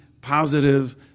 positive